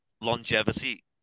longevity